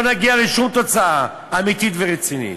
לא נגיע לשום תוצאה אמיתית ורצינית.